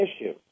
issue